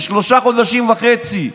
בשלושה חודשים וחצי.